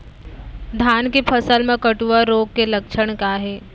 धान के फसल मा कटुआ रोग के लक्षण का हे?